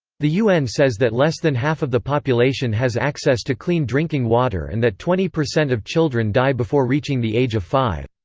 the un says that less than half of the population has access to clean drinking water and that twenty percent of children die before reaching the age of five.